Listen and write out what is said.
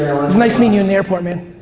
was nice meeting you in the airport, man.